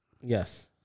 Yes